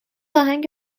آهنگ